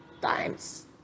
times